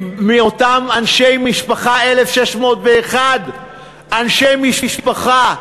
מאותם אנשי משפחה, 1,601 בני משפחה,